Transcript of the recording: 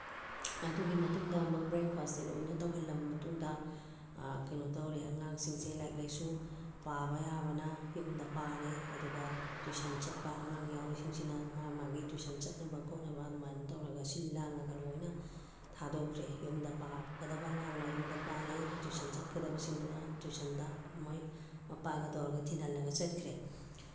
ꯑꯗꯨꯒꯤ ꯃꯇꯨꯡꯗ ꯑꯃꯨꯛ ꯕ꯭ꯔꯦꯛꯐꯥꯁꯁꯦ ꯂꯣꯏꯅ ꯇꯧꯍꯜꯂꯕ ꯃꯇꯨꯡꯗ ꯀꯩꯅꯣ ꯇꯧꯔꯦ ꯑꯉꯥꯡꯁꯤꯡꯁꯦ ꯂꯥꯏꯔꯤꯛ ꯂꯥꯏꯁꯨ ꯄꯥꯕ ꯌꯥꯕꯅ ꯌꯨꯝꯗ ꯄꯥꯔꯦ ꯑꯗꯨꯒ ꯇꯨꯏꯁꯟ ꯆꯠꯄ ꯑꯉꯥꯡ ꯌꯥꯎꯔꯤꯁꯤꯡꯁꯤꯅ ꯃꯥ ꯃꯥꯒꯤ ꯇꯨꯏꯁꯟ ꯆꯠꯅꯕ ꯈꯣꯠꯅꯕ ꯑꯗꯨꯃꯥꯏꯅ ꯇꯧꯔꯒ ꯁꯤꯜ ꯂꯥꯡꯉꯒ ꯂꯣꯏꯅ ꯊꯥꯗꯣꯛꯈ꯭ꯔꯦ ꯌꯨꯝꯗ ꯄꯥꯒꯗꯕ ꯑꯉꯥꯡꯅ ꯌꯨꯝꯗ ꯄꯥꯔꯦ ꯑꯗꯨ ꯇꯨꯏꯁꯟ ꯆꯠꯀꯗꯕꯁꯤꯡꯗꯨꯅ ꯇꯨꯏꯁꯟꯗ ꯃꯣꯏ ꯃꯄꯥꯒ ꯇꯧꯔꯒ ꯇꯤꯜꯍꯜꯂꯒ ꯆꯠꯈ꯭ꯔꯦ